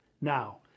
Now